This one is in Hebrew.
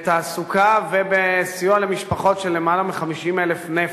בתעסוקה ובסיוע למשפחות, למעלה מ-50,000 נפש,